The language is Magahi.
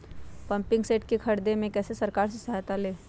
पम्पिंग सेट के ख़रीदे मे कैसे सरकार से सहायता ले?